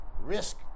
risk